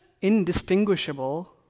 indistinguishable